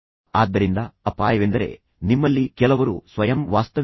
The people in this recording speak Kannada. ಈಗ ನೀನು ಇದನ್ನು ನಿಮ್ಮ ತಂದೆಗೆ ಹೇಗೆ ಹೇಳಲು ಸಾಧ್ಯವೇ